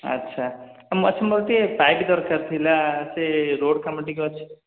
ଆଚ୍ଛା ଆଚ୍ଛା ମୋର ଟିକିଏ ପାଇପ୍ ଦରକାର ଥିଲା ସେ ରୋଡ଼୍ କାମ ଟିକିଏ ଅଛି